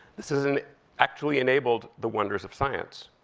this has actually enabled the wonders of science,